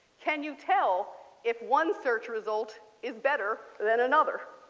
can you tell if one search result is better than another?